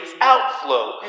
outflow